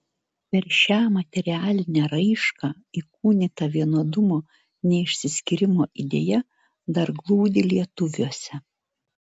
per šią materialinę raišką įkūnyta vienodumo neišsiskyrimo idėja dar glūdi lietuviuose